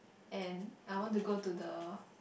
and I want to go to the